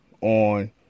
on